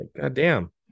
goddamn